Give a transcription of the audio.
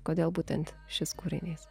kodėl būtent šis kūrinys